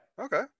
Okay